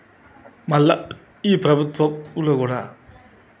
మళ్ళా ఈ ప్రభుత్వం లో కూడా